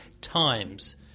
times